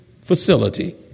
facility